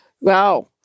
wow